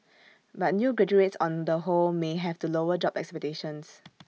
but new graduates on the whole may have to lower job expectations